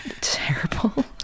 terrible